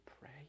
pray